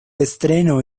estreno